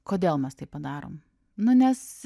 kodėl mes tai padarom nu nes